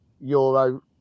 euro